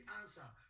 answer